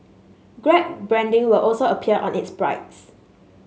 grab branding will also appear on its